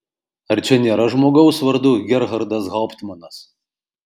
ar čia nėra žmogaus vardu gerhardas hauptmanas